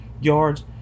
yards